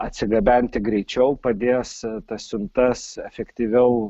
atsigabenti greičiau padės tas siuntas efektyviau